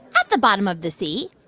at the bottom of the sea